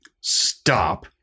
Stop